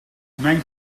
mijn